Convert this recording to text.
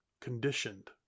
conditioned